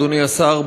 אדוני השר,